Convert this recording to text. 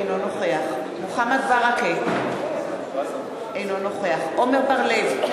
אינו נוכח מוחמד ברכה, אינו נוכח עמר בר-לב,